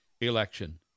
election